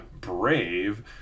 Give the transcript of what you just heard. brave